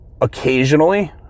occasionally